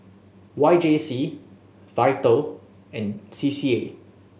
Y J C Vital and C C A